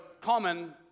common